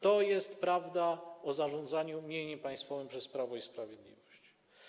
To jest prawda o zarządzaniu mieniem państwowym przez Prawo i Sprawiedliwość.